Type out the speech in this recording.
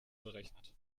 berechnet